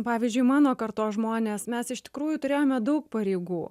pavyzdžiui mano kartos žmonės mes iš tikrųjų turėjome daug pareigų